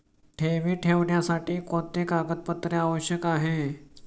ठेवी ठेवण्यासाठी कोणते कागदपत्रे आवश्यक आहे?